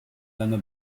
lange